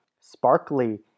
Sparkly